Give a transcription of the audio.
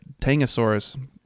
Tangosaurus